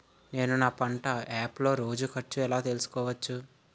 నేను నా పంట యాప్ లో రోజు ఖర్చు ఎలా తెల్సుకోవచ్చు?